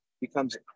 becomes